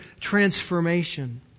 transformation